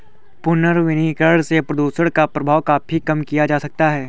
पुनर्वनीकरण से प्रदुषण का प्रभाव काफी कम किया जा सकता है